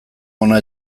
ona